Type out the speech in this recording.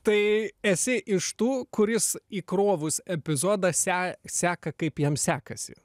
tai esi iš tų kuris įkrovus epizodą se seka kaip jam sekasi